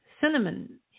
Cinnamon